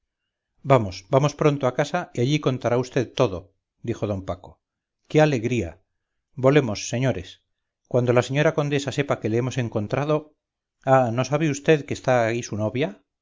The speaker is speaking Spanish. vamos vamos pronto a casa y allí contará vd todo dijo d paco qué alegría volemos señores cuando la señora condesa sepa que le hemos encontrado ah no sabe vd que está ahí su novia